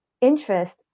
interest